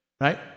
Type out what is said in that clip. right